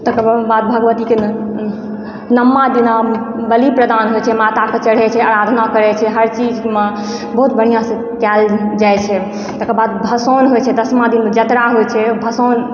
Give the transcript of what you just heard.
तकर बाद भगवती के नमा दिना बलि प्रदान होइ छै माता के चढ़ै छै आराधना करै छै हर चीजमे बहुत बढ़िऑं सॅं कयल जाइ छै तकर बाद भासाओन होइ छै दसमा दिन जतरा होइ छै भसाओन